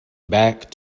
back